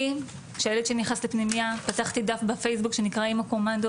אני כשהילד שלי נכנס לפנימייה פתחתי דף בפייסבוק שנקרא "אמא קומנדו",